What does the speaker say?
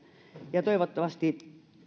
ja toivottavasti